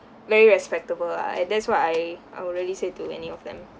very respectable ah and that's what I I would really say to any of them